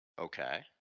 Okay